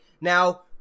Now